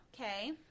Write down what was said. Okay